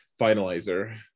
finalizer